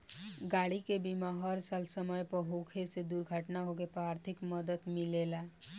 गाड़ी के बीमा हर साल समय पर होखे से दुर्घटना होखे पर आर्थिक मदद मिलेला